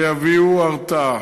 ויביאו הרתעה.